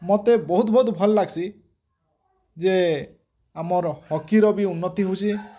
ମୋତେ ବହୁତ୍ ବହୁତ୍ ଭଲ୍ ଲାଗ୍ସି ଯେ ଆମର୍ ହକିର ବି ଉନ୍ନତି ହଉଛି